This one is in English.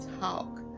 talk